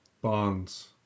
Bonds